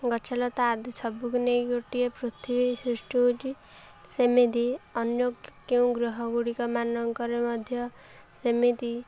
ଗଛ ଲତା ଆଦି ସବୁକୁ ନେଇ ଗୋଟିଏ ପୃଥିବୀ ସୃଷ୍ଟି ହେଉଛି ସେମିତି ଅନ୍ୟ କେଉଁ ଗ୍ରହ ଗୁଡ଼ିକ ମାନଙ୍କରେ ମଧ୍ୟ ସେମିତି